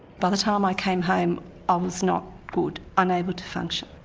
by the time i came home i was not good, unable to function.